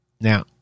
Now